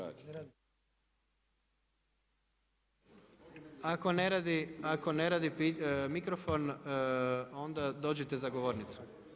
Ako ne radi mikrofon, onda dođite za govornicu.